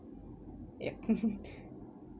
ya